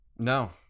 no